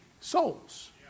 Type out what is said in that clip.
souls